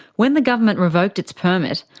when the government revoked its permit,